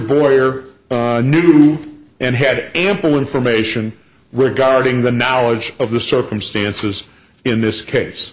boyer knew and had ample information regarding the knowledge of the circumstances in this case